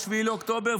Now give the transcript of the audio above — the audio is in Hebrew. ב-7 באוקטובר,